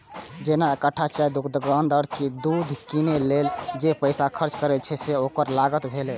जेना एकटा चायक दोकानदार दूध कीनै लेल जे पैसा खर्च करै छै, से ओकर लागत भेलै